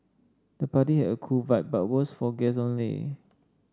the party had a cool vibe but was for guests only